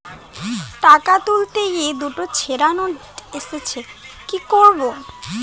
টাকা তুলতে গিয়ে দুটো ছেড়া নোট এসেছে কি করবো?